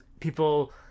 People